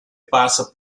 passa